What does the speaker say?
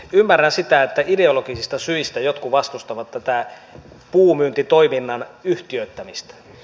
ymmärrän sitä että ideologista syistä jotkut vastustavat tätä puunmyyntitoiminnan yhtiöittämistä